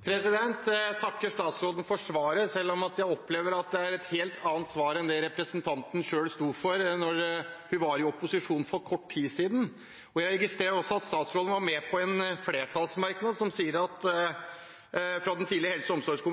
Jeg takker statsråden for svaret, selv om jeg opplever at det er et helt annet svar enn det hun sto for da hun var i opposisjon for kort tiden siden. Jeg registrerer også at statsråden, da hun var med i helse- og omsorgskomiteen, var med på en flertallsmerknad hvor